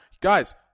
guys